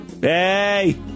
Hey